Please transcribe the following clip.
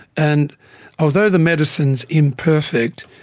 and although the medicine is imperfect,